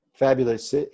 Fabulous